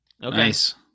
Nice